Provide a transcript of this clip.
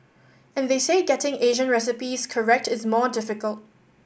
and they say getting Asian recipes correct is more difficult